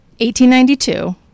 1892